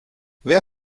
wer